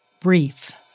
brief